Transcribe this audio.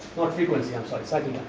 not frequency i am sorry cycle